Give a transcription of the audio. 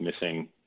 missing